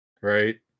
Right